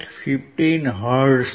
15 hertz છે